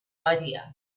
idea